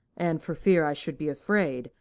and, for fear i should be afraid,